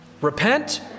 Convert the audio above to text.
Repent